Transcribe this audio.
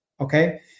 okay